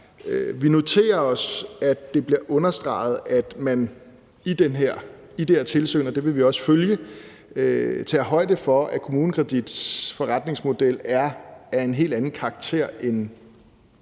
Vi noterer os, at det bliver understreget, at man i det her tilsyn – og det vil vi også følge – tager højde for, at KommuneKredits forretningsmodel er af en helt anden karakter end, lad